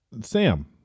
Sam